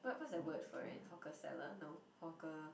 what what's that word for it hawker seller no hawker